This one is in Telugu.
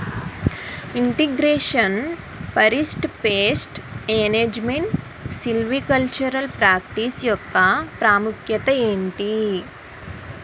integration forest pest management silvicultural practice యెక్క ప్రాముఖ్యత ఏంటి